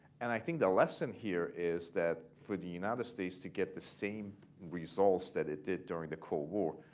and i think the lesson here is that for the united states to get the same results that it did during the cold war,